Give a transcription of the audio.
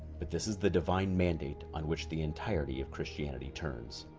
but this is the divine mandate on which the entirety of christianity turns